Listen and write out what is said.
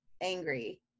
angry